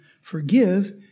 forgive